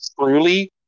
truly